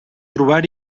trobar